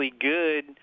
good